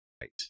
right